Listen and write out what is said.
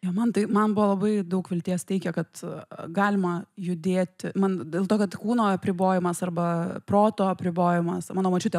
jo man tai man buvo labai daug vilties teikia kad galima judėti man dėl to kad kūno apribojimas arba proto apribojimas mano močiutė